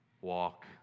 walk